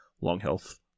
long-health